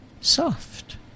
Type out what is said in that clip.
soft